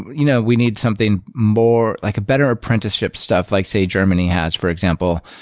you know we need something more like a better apprenticeship stuff, like, say, germany has, for example.